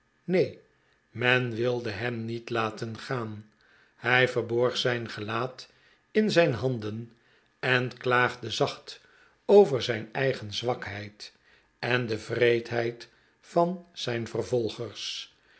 neen men wilde hem niet laten gaan hij verborg zijn gelaat in zijn handen en klaagde zacht over zijn eigen zwakheid en de wreedheid van zijn vervolgers